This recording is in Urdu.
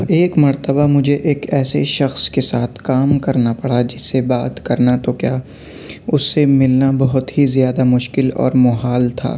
ایک مرتبہ مجھے ایک ایسے شخص کے ساتھ کام کرنا پڑا جس سے بات کرنا تو کیا اُس سے ملنا بہت ہی زیادہ مشکل اور محال تھا